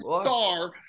star